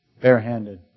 barehanded